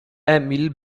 emil